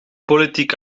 politiek